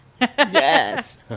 Yes